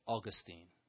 Augustine